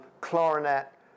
Clarinet